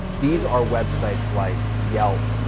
these are websites like yelp,